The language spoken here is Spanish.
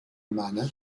humana